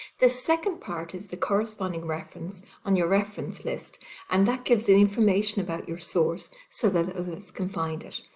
the second part is the corresponding reference on your reference list and that gives the the information about your source so that others can find it. a